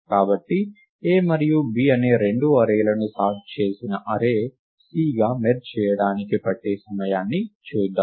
కాబట్టి A మరియు B అనే రెండు అర్రే లను సార్ట్ చేసిన అర్రే Cగా మెర్జ్ చేయడానికి పట్టే సమయాన్ని చూద్దాం